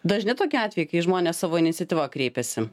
dažni tokie atvejai kai žmonės savo iniciatyva kreipiasi